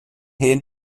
hen